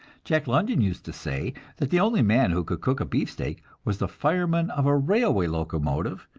jack london used to say that the only man who could cook a beefsteak was the fireman of a railway locomotive,